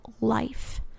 life